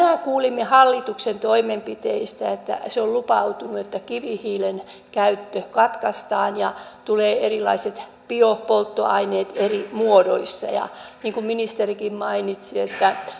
kuulimme hallituksen toimenpiteistä se on luvannut että kivihiilen käyttö katkaistaan ja tulee erilaiset biopolttoaineet eri muodoissa ja niin kuin ministerikin mainitsi